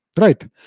Right